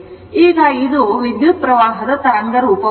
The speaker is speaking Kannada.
ಈಗ ಇದು ವಿದ್ಯುತ್ಪ್ರವಾಹದ ತರಂಗರೂಪವಾಗಿದೆ